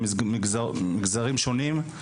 במגזרים שונים.